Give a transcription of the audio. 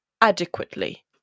adequately